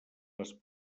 les